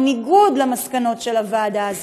בניגוד למסקנות של הוועדה?